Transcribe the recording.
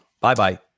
Bye-bye